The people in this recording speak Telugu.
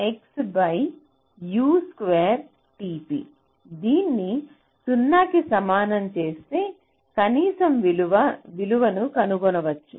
tp XU2tp దీన్ని 0 కి సమానం చేస్తే కనీస విలువను కనుగొనవచ్చు